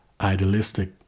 idealistic